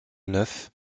neuf